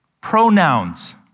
pronouns